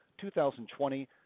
2020